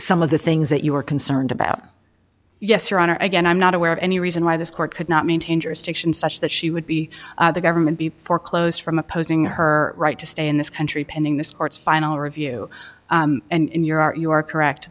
some of the things that you were concerned about yes your honor again i'm not aware of any reason why this court could not maintain jurisdiction such that she would be the government be foreclosed from opposing her right to stay in this country pending the sport's final review and you're are you are correct